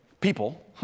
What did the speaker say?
people